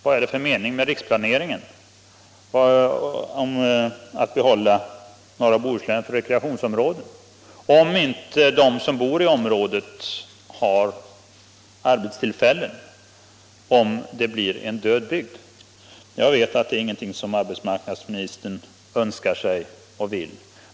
Vad är det för mening med att behålla norra Bohuslän som rekreationsområde enligt riksplaneringen, om inte de som bor i området har arbete, om det blir en död bygd? Jag vet att det inte är någonting som arbetsmarknadsministern önskar.